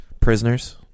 Prisoners